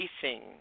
facing